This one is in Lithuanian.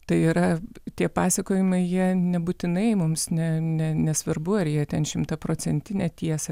tai yra tie pasakojimai jie nebūtinai mums ne ne nesvarbu ar jie ten šimtaprocentinę tiesą